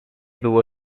było